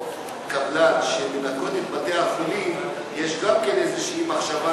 קבלן שמנקות את בתי-החולים יש גם איזו מחשבה,